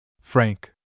Frank